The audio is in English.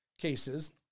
cases